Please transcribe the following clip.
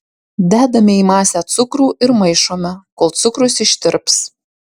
dedame į masę cukrų ir maišome kol cukrus ištirps